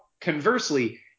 conversely